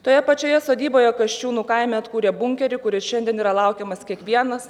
toje pačioje sodyboje kasčiūnų kaime atkūrė bunkerį kuris šiandien yra laukiamas kiekvienas